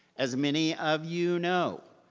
as many of you know,